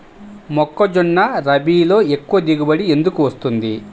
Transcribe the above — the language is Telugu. మొక్కజొన్న రబీలో ఎక్కువ దిగుబడి ఎందుకు వస్తుంది?